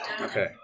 Okay